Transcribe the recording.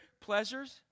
pleasures